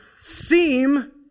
seem